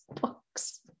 books